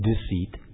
deceit